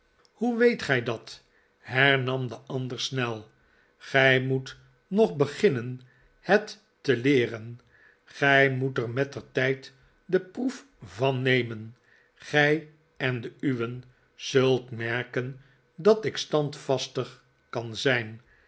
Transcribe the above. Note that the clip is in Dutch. hoe weet gij dat hernam de ander snel gij moet nog beginnen het te leeren gij moet er mettertijd de proef van nemen gij en de uwen zult merken dat ik standvastig kan zijn